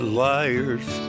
liar's